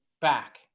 back